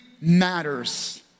matters